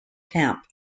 camp